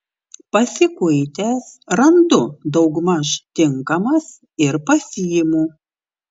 pasikuitęs randu daugmaž tinkamas ir pasiimu